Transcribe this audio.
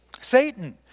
Satan